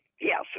Yes